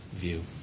view